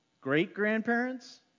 Great-grandparents